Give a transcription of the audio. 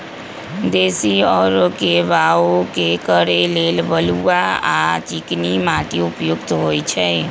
देशी औरा के बाओ करे लेल बलुआ आ चिकनी माटि उपयुक्त होइ छइ